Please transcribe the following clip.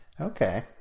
Okay